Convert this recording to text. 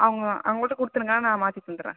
அவங்க அவங்கள்கிட்ட கொடுத்துடுங்க நான் மாற்றி தந்துடுறேன்